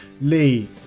lee